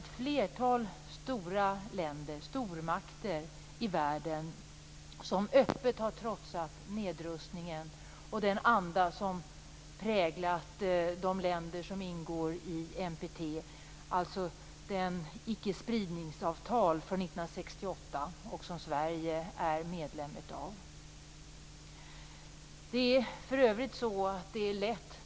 Det är alltså flertal stormakter i världen som öppet har trotsat nedrustningen och den anda som präglat de länder som anslutit sig till NPT, dvs. icke-spridningsavtalet från 1968. Sverige har anslutit sig till detta.